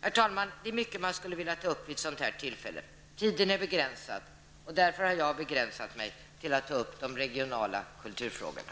Herr talman! Det är mycket man skulle vilja ta upp till debatt vid ett tillfälle som detta. Men tiden är begränad, och därför har jag nöjt mig med att kommentera de regionala kulturfrågorna.